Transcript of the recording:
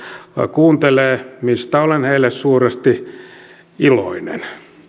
kuuntelee mistä olen heille suuresti iloinen